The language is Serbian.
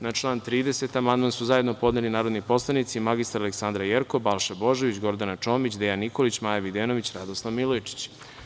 Na član 30. amandman su zajedno podneli narodni poslanici mr Aleksandra Jerkov, Balša Božović, Gordana Čomić, Dejan Nikolić, Maja Videnović i Radoslav Milojičić.